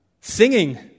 Singing